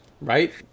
Right